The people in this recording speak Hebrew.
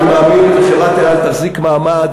אני מאמין שחברת "אל על" תחזיק מעמד,